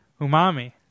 Umami